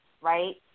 right